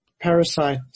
parasite